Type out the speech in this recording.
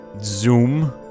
Zoom